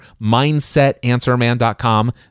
MindsetAnswerMan.com